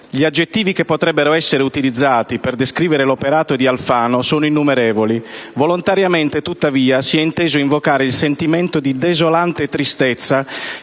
Gli aggettivi che potrebbero essere utilizzati per descrivere l'operato di Alfano sono innumerevoli; volontariamente, tuttavia, si è inteso invocare il sentimento di desolante tristezza